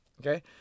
Okay